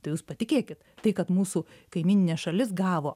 tai jūs patikėkit tai kad mūsų kaimyninė šalis gavo